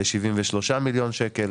ל-73 מיליון שקלים.